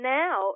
now